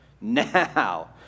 Now